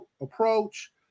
approach